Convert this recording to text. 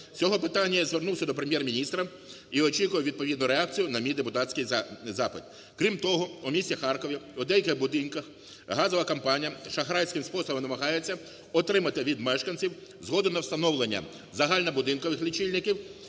З цього питання я звернувся до Прем'єр-міністра і очікую відповідну реакцію на мій депутатський запит. Крім того, у місті Харкові у деяких будинках газова компанія шахрайським способом намагається отримати від мешканців згоди на встановленнязагальнобудинкових лічильників.